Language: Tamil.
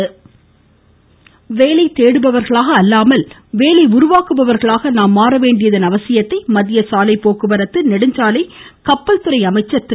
நிதின்டகட்காரி வேலை தேடுபவர்களாக அல்லாமல் வேலை உருவாக்குபவர்களாக நாம் மாறவேண்டியதன் அவசியத்தை மத்திய சாலை போக்குவரத்து கப்பல்துறை அமைச்சர் திரு